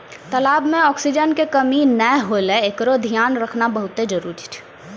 तलाब में ऑक्सीजन के कमी नै हुवे एकरोॅ धियान रखना बहुत्ते जरूरी छै